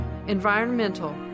Environmental